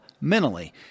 mentally